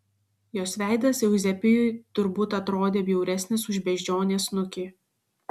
jos veidas euzebijui turbūt atrodė bjauresnis už beždžionės snukį